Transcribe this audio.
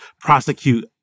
prosecute